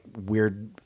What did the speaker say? weird